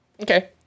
Okay